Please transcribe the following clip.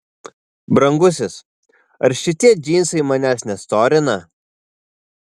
brangusis ar šitie džinsai manęs nestorina